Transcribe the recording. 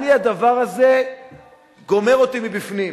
אני, הדבר הזה גומר אותי מבפנים.